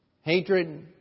Hatred